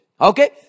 Okay